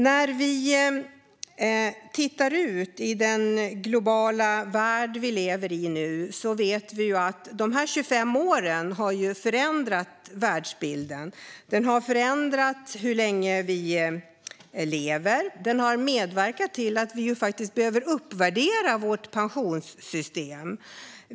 När vi tittar ut i den globala värld som vi lever i nu vet vi att de här 25 åren har förändrat världsbilden. De har förändrat hur länge vi lever och har medverkat till att vi faktiskt behöver uppvärdera vårt pensionssystem.